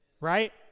right